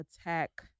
attack